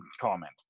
comment